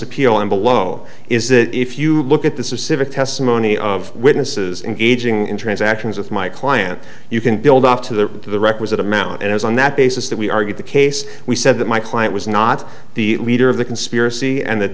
appeal and below is that if you look at this is civic testimony of witnesses engaging in transactions with my client you can build up to the the requisite amount and i was on that basis that we argued the case we said that my client was not the leader of the conspiracy and